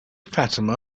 fatima